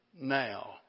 now